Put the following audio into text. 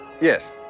yes